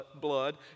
blood